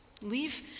Leave